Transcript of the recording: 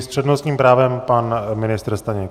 S přednostním právem pan ministr Staněk.